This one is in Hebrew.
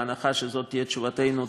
בהנחה שזאת תהיה תשובתנו,